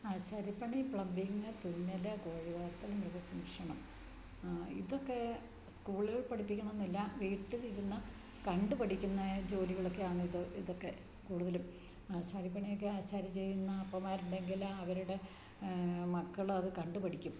ആശാരിപ്പണി plumbing തുന്നല് കോഴിവളർത്തൽ മൃഗസംരക്ഷണം ഇതൊക്കെ സ്കൂളിൽ പഠിപ്പിക്കണമെന്നില്ല വീട്ടിലിരുന്നു കണ്ടു പഠിക്കുന്ന ജോലികളൊക്കെയാണ് ഇത് ഇതൊക്കെ കൂടുതലും ആശാരിപ്പണിയൊക്കെ ആശാരി ചെയ്യുന്ന അപ്പന്മാരുണ്ടെങ്കില് അവരുടെ മക്കള് അതു കണ്ടുപഠിക്കും